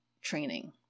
training